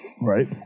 Right